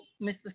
Mr